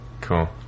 Cool